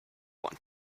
want